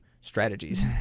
strategies